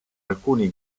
alcuni